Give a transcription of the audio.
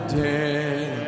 dead